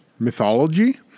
mythology